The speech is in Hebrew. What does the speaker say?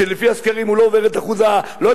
שלפי הסקרים הוא לא עובר לא רק את אחוז החסימה,